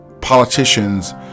Politicians